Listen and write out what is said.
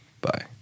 Bye